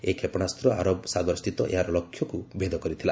ଏହି କ୍ଷେପଣାସ୍ତ ଆରବ ସାଗରସ୍ଥିତ ଏହାର ଲକ୍ଷ୍ୟକୁ ଭେଦ କରିଥିଲା